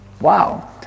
wow